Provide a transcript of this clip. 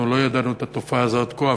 אנחנו לא ידענו על התופעה הזאת עד כה,